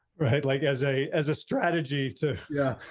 right, like as a as a strategy to yeah.